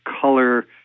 color